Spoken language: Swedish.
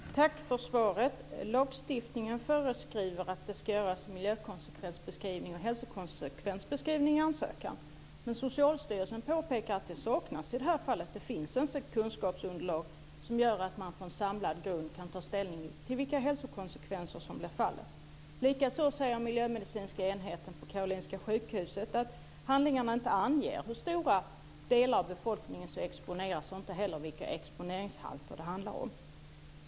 Herr talman! Tack för svaret! Lagstiftningen föreskriver att det ska göras miljökonsekvens och hälsokonsekvensbeskrivning i ansökan, men Socialstyrelsen påpekar att det saknas i det här fallet. Det finns alltså inte kunskapsunderlag som gör att man på en samlad grund kan ta ställning till vilka hälsokonsekvenser som blir fallet. Likaså säger miljömedicinska enheten på Karolinska sjukhuset att handlingarna inte anger hur stora delar av befolkningen som exponeras och inte heller vilka exponeringshalter det handlar om.